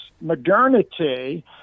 modernity